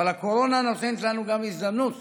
אבל הקורונה נותנת לנו גם הזדמנות